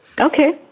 Okay